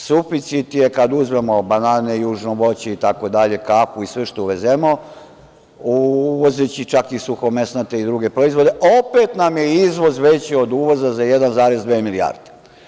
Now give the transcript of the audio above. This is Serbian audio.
Suficit je kada uzmemo banane i južno voće, kafu i sve što uvezemo, uvozeći čak i suhomesnate i druge proizvode, opet nam je izvoz veći od uvoza za 1,2 milijarde.